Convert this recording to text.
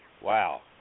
Wow